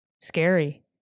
scary